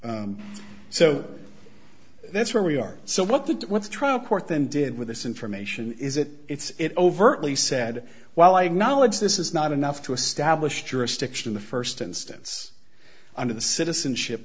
you so that's where we are so what the what's trial court then did with this information is that it's it overtly said while i acknowledge this is not enough to establish jurisdiction in the first instance under the citizen ship